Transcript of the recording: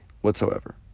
whatsoever